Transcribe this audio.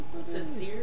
Sincere